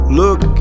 look